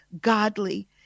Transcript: godly